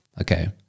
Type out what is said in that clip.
Okay